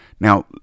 Now